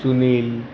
Sunil